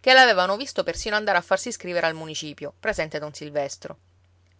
che l'avevano visto persino andare a farsi scrivere al municipio presente don silvestro